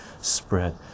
spread